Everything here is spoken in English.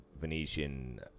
venetian